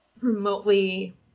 remotely